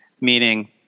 meaning